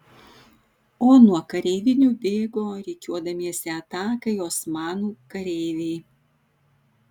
o nuo kareivinių bėgo rikiuodamiesi atakai osmanų kareiviai